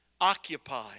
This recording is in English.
Occupy